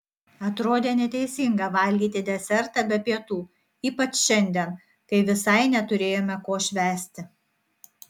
atrodė neteisinga valgyti desertą be pietų ypač šiandien kai visai neturėjome ko švęsti